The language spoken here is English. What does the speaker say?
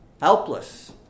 helpless